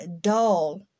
dull